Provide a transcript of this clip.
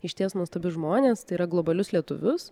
išties nuostabius žmones tai yra globalius lietuvius